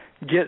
get